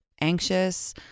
anxious